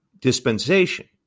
dispensation